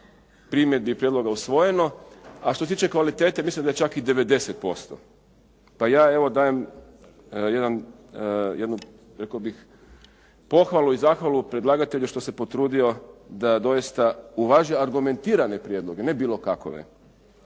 primjedbi i prijedloga usvojeno. A što se tiče kvalitete mislim da je čak i 90%. Pa ja evo dajem jednu rekao bih pohvalu i zahvalu predlagatelju što se potrudio da doista uvaži argumentirane prijedloge, ne bilo kakove.